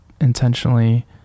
intentionally